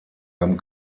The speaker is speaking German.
haben